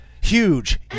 Huge